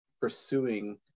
pursuing